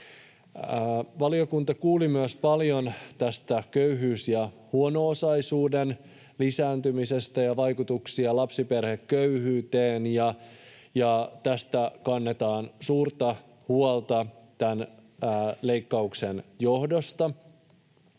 Valiokunta kuuli myös paljon köyhyyden ja huono-osaisuuden lisääntymisestä ja vaikutuksista lapsiperheköyhyyteen. Tästä kannetaan suurta huolta tämän leikkauksen johdosta.